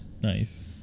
nice